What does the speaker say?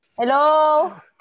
Hello